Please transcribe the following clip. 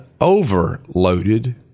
overloaded